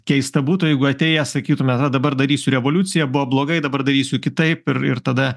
keista būtų jeigu atėję sakytumėt va dabar darysiu revoliuciją buvo blogai dabar darysiu kitaip ir ir tada